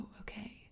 okay